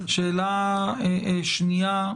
שאלה שנייה,